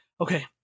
okay